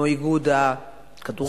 כמו איגוד הכדורסל,